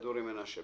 אני כדורי מנשה,